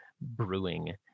brewing